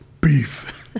Beef